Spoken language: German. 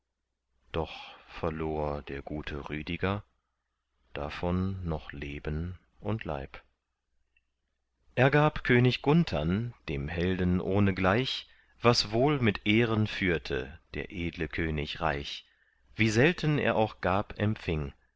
doch verlor der gute rüdiger davon noch leben und leib er gab könig gunthern dem helden ohnegleich was wohl mit ehren führte der edle könig reich wie selten er auch gab empfing